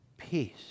Peace